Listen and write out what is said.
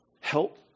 Help